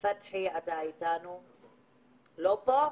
המצב בחירום הוא עוד יותר לא פשוט.